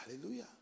Hallelujah